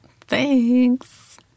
Thanks